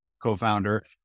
co-founder